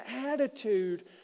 attitude